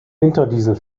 winterdiesel